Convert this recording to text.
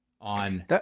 on